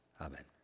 Amen